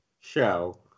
show